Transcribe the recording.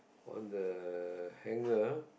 on the hanger